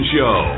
Show